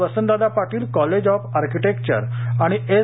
Vasantdada Patil college of architecture आणि S